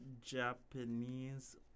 Japanese